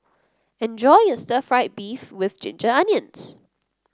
enjoy your Stir Fried Beef with Ginger Onions